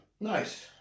Nice